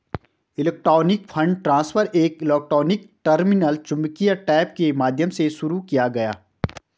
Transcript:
electronic fund transfer एक electronic terminal चुंबकीय tape के माध्यम से शुरू किया गया